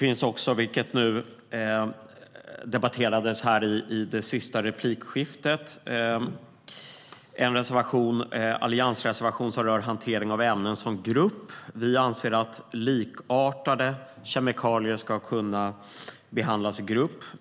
I det senaste replikskiftet debatterades en alliansreservation som rör hantering av ämnen som grupp. Vi anser att likartade kemikalier ska kunna behandlas i grupp.